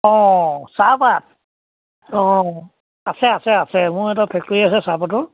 অঁ চাহপাত অঁ আছে আছে আছে মোৰ এটা ফেক্টৰী আছে চাহপাতৰ